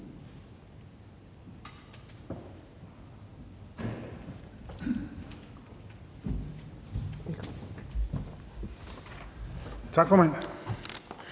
Tak for det.